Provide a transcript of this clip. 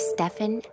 Stefan